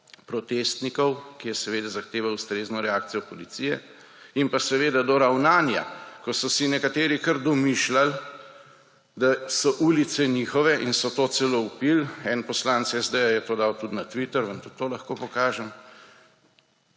protestnikov, ki je seveda zahtevalo ustrezno reakcijo policije, in pa seveda do ravnanja, ko so si nekateri, kar domišljali, da so ulice njihove in so to celo vpili, en poslanec SD je to dal tudi na Twitter, vam tudi to lahko pokažem,